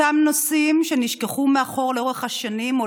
אותם נושאים שנשכחו מאחור לאורך השנים או